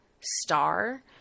Star